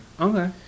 Okay